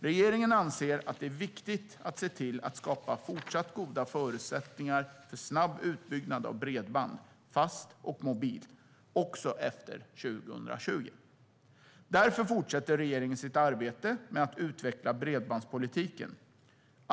Regeringen anser att det är viktigt att se till att skapa fortsatt goda förutsättningar för snabb utbyggnad av bredband, fast och mobilt, också efter 2020. Därför fortsätter regeringen sitt arbete med att utveckla bredbandspolitiken.